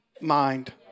mind